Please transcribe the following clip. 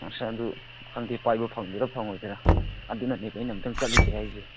ꯑꯁ ꯑꯗꯨ ꯈꯪꯗꯦ ꯄꯥꯏꯕ ꯐꯪꯒꯗ꯭ꯔꯥ ꯐꯪꯂꯣꯏꯗ꯭ꯔꯥ ꯑꯗꯨꯅꯅꯦꯕ ꯑꯩꯅ ꯑꯃꯨꯛꯇꯪ ꯆꯠꯂꯨꯁꯦ ꯍꯥꯏꯔꯤꯁꯦ